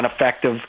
effective